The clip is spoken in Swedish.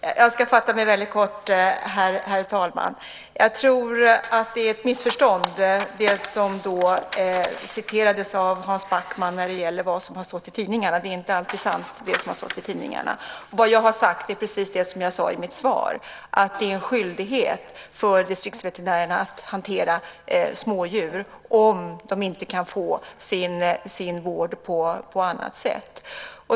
Herr talman! Jag ska fatta mig väldigt kort. Jag tror att det som citerades av Hans Backman är ett missförstånd. Det som står i tidningarna är inte alltid sant. Vad jag har sagt är precis det som jag sade i mitt svar, att det är en skyldighet för distriktsveterinärerna att hantera smådjur om de inte kan få sin vård på annat sätt.